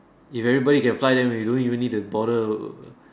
if everyone can fly then we don't even need to bother